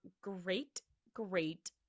great-great